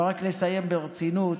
אבל רק נסיים ברצינות: